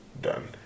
done